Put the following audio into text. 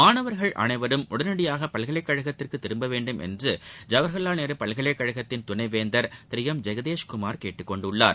மாணவர்கள் அனைவரும் உடனடியாக பல்கலைக் கழகத்திற்கு திரும்ப வேண்டும் என்று ஜவஹர்வால் நேரு பல்கலைக் கழகத்தின் துணைவேந்தர் திரு எம் ஜெகதேஷ்குமார் கேட்டுக் கொண்டுள்ளார்